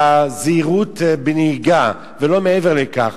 שקשורים לזהירות בנהיגה, ולא מעבר לכך.